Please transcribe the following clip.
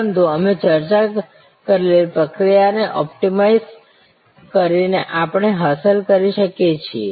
પરંતુ અમે ચર્ચા કરેલી પ્રક્રિયાને ઑપ્ટિમાઇઝ કરીને આપણે હાંસલ કરી શકીએ છીએ